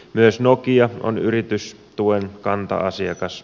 myös nokia on yritystuen kanta asiakas